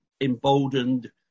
emboldened